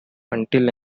until